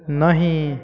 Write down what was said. नही